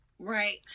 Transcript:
right